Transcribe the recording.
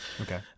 Okay